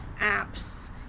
apps